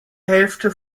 hälfte